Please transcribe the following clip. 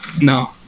No